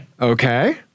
Okay